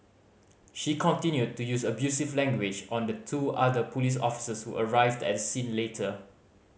she continued to use abusive language on the two other police officers who arrived at the scene later